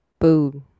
food